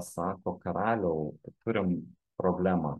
sako karaliau turim problemą